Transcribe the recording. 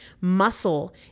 Muscle